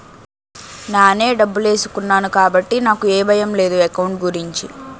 నానే డబ్బులేసుకున్నాను కాబట్టి నాకు ఏ భయం లేదు ఎకౌంట్ గురించి